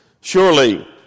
Surely